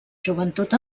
joventut